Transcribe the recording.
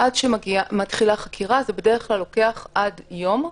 עד שמתחילה חקירה זה בדרך כלל לוקח עד יום.